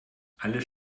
alles